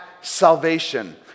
salvation